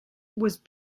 was